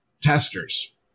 testers